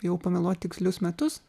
bijau pameluot tikslius metus